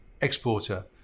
exporter